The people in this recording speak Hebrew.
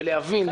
בלהבין,